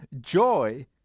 joy